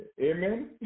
Amen